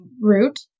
route